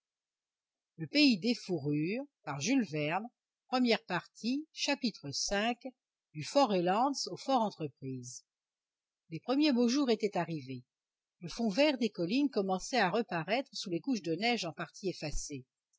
v du fort reliance au fort entreprise les premiers beaux jours étaient arrivés le fond vert des collines commençait à reparaître sous les couches de neige en partie effacées